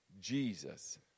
Jesus